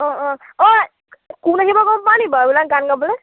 অ অ ঐ কোন আহিব গম পাওঁ নেকি বাৰু এইবিলাক গান গাবলৈ